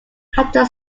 hampton